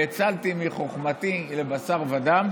האצלתי מחוכמתי לבשר ודם